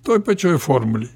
toj pačioj formulėj